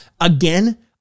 again